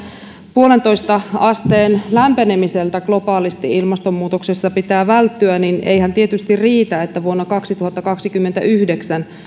puolentoista asteen lämpenemiseltä ilmastonmuutoksessa pitää välttyä niin eihän tietysti riitä että vuonna kaksituhattakaksikymmentäyhdeksän olisi